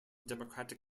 democratic